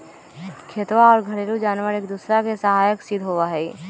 खेतवा और घरेलू जानवार एक दूसरा के सहायक सिद्ध होबा हई